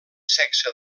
sexe